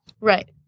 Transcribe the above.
Right